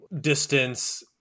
distance